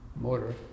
motor